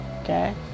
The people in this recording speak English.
okay